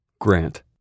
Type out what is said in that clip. Grant